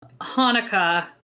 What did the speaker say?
hanukkah